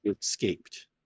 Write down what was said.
escaped